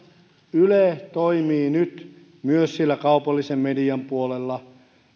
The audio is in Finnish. yle toimii nyt myös kaupallisen median puolella